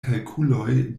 kalkuloj